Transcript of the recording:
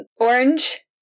Orange